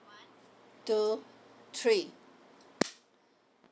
two three